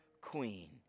queen